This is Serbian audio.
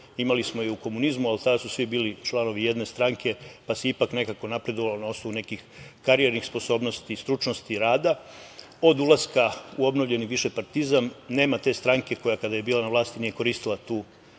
Imali smo je i u komunizmu, ali tad su svi bili članovi jedne stranke, pa se ipak nekako napredovalo na osnovu nekih karijernih sposobnosti i stručnosti i rada od ulaska u obnovljeni višepartizam nema te stranke koja kada je bila na vlasti nije koristila tu